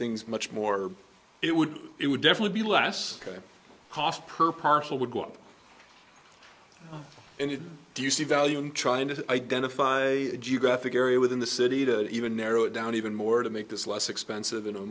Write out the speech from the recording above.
things much more it would it would definitely be less cost per parcel would go up and do you see value in trying to identify a geographic area within the city to even narrow it down even more to make this less expensive than a